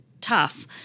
tough